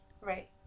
Right